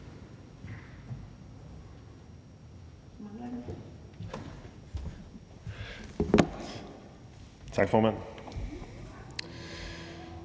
Tak, formand,